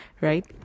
right